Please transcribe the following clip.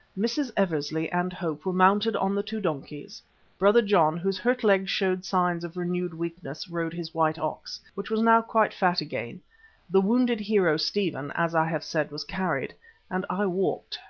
mrs. eversley and hope were mounted on the two donkeys brother john, whose hurt leg showed signs of renewed weakness, rode his white ox, which was now quite fat again the wounded hero, stephen, as i have said, was carried and i walked,